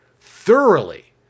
thoroughly